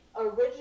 Original